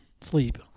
sleep